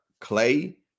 clay